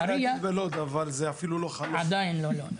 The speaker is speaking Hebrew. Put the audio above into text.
רצית להגיד בלוד אבל זה עדיין לא קורה.